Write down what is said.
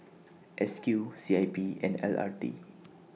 S Q C I P and L R T